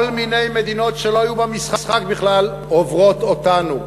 כל מיני מדינות שלא היו במשחק בכלל עוברות אותנו.